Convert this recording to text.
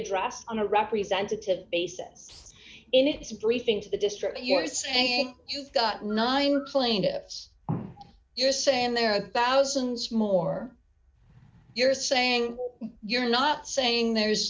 address on a representative basis in its briefing to the district here is saying you've got nine plaintiffs you're saying there are thousands more you're saying you're not saying there is